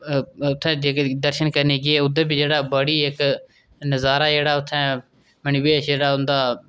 उत्थै गे दर्शन करने ई गे उद्धर बी जेह्ड़ा बड़ी इक नजारा जेह्ड़ा उत्थै मणिमहेश जेह्ड़ा होंदा